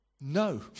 no